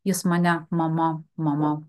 jis mane maman maman